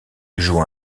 joue